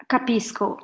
Capisco